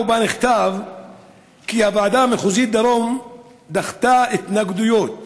ובה נכתב כי הוועדה המחוזית דרום דחתה התנגדויות